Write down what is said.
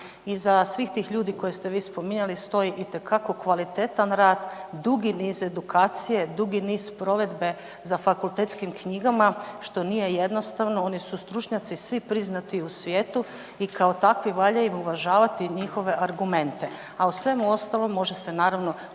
Iza svih tih ljudi koje ste vi spominjali stoji itekako kvalitetan rad, dugi niz edukacije, dugi niz provedbe za fakultetskim knjigama što nije jednostavno. Oni su stručnjaci svi priznati u svijetu i kao takvi valja uvažavati njihove argumente, a u svemu ostalom može se naravno